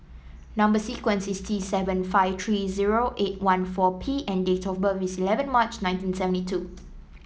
number sequence is T seven five three zero eight one four P and date of birth is eleven March nineteen seventy two